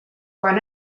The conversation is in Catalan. quan